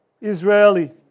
Israeli